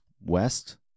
west